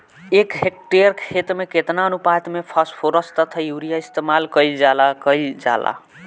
एक हेक्टयर खेत में केतना अनुपात में फासफोरस तथा यूरीया इस्तेमाल कईल जाला कईल जाला?